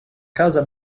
casa